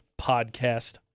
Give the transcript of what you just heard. podcast